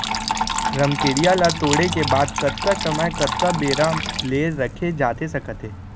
रमकेरिया ला तोड़े के बाद कतका समय कतका बेरा ले रखे जाथे सकत हे?